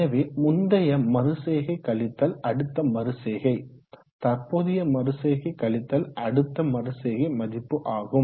எனவே முந்தைய மறுசெய்கை கழித்தல் அடுத்த மறுசெய்கை தற்போதைய மறுசெய்கை கழித்தல் அடுத்த மறுசெய்கை மதிப்பு ஆகும்